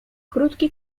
krótki